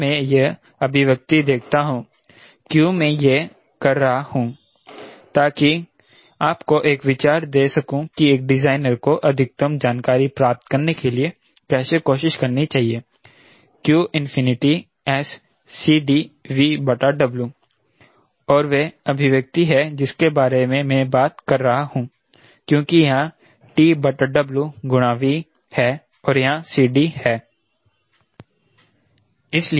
अगर मैं यह अभिव्यक्ति देखता हूं q मैं यह कर रहा हूं ताकि आपको एक विचार दे सकूं कि एक डिजाइनर को अधिकतम जानकारी प्राप्त करने के लिए कैसे कोशिश करनी चाहिए qSCDVW और यह वह अभिव्यक्ति है जिसके बारे में मैं बात कर रहा हूं क्योंकि यहाँ TWV है और यहाँ CD है